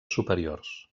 superiors